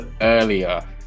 earlier